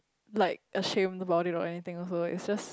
like ashamed about it or anything also right it's just